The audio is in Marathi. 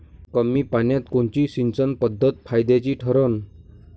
कमी पान्यात कोनची सिंचन पद्धत फायद्याची ठरन?